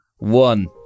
one